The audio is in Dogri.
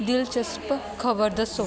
दिलचस्प खबर दस्सो